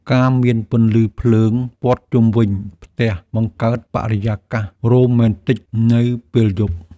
ការមានពន្លឺភ្លើងព័ទ្ធជុំវិញផ្ទះបង្កើតបរិយាកាសរ៉ូមែនទិកនៅពេលយប់។